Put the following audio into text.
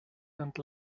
and